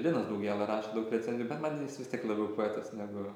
linas daugėla rašo daug recenzijų bet man jis vis tiek labiau poetas negu